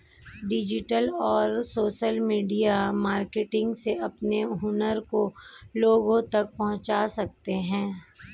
digital और social media marketing से अपने हुनर को लोगो तक पहुंचा सकते है